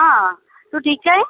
हा तूं ठीकु त आहीं